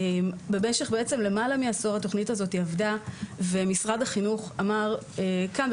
במשך למעלה מעשור התוכנית הזאת עבדה ומשרד החינוך אמר כאן,